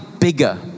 bigger